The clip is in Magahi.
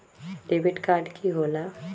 डेबिट काड की होला?